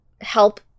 help